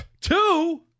two